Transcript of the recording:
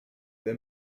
the